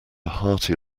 hearty